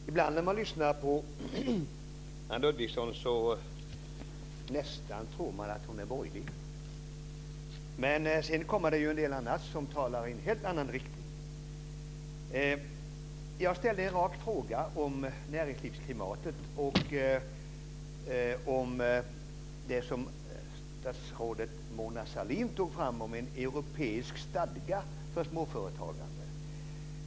Herr talman! Ibland när man lyssnar på Anne Ludvigsson tror man nästan att hon är borgerlig. Men sedan kommer det en del annat, som talar i en helt annan riktning. Jag ställde en rak fråga om näringslivsklimatet och om det som statsrådet Mona Sahlin tog fram om en europeisk stadga för småföretagande.